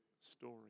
story